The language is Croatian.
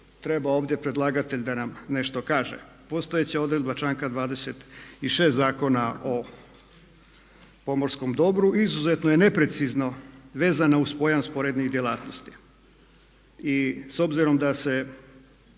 treba ovdje predlagatelj da nam nešto kaže. Postojeća odredba članka 26. Zakona o pomorskom dobru izuzetno je neprecizno vezana uz pojam sporednih djelatnosti.